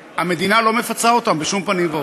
המדינה לא מפצה אותם בשום פנים ואופן.